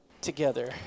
together